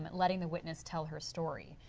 um letting the witness tell her story.